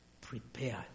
Prepared